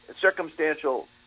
circumstantial